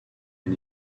and